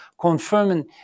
confirming